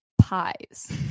pies